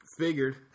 figured